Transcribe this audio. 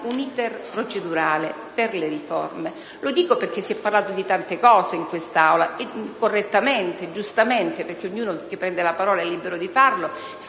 un *iter* procedurale per le riforme; lo dico perché si è parlato di tante cose in quest'Aula, giustamente, visto che chi prende la parola è libero di farlo.